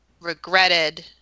regretted